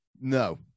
No